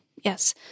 Yes